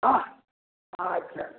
हँ अच्छा